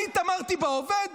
אני התעמרתי בעובד?